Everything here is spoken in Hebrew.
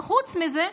וחוץ מזה,